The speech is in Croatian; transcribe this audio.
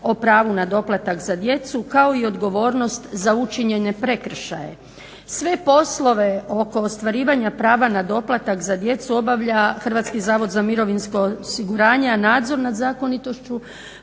o pravu na doplatak za djecu kao i odgovornost za učinjene prekršaje. Sve poslove oko ostvarivanja prava na doplatak za djecu obavlja Hrvatski zavod za mirovinsko osiguranje, a nadzor nad zakonitošću